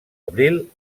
abril